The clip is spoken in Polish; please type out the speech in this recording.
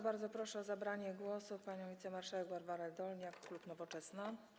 Bardzo proszę o zabranie głosu panią wicemarszałek Barbarę Dolniak, klub Nowoczesna.